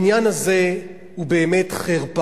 העניין הזה הוא באמת חרפה.